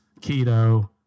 keto